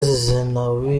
zenawi